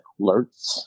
alerts